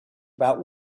about